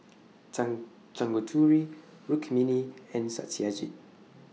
Tang Tanguturi Rukmini and Satyajit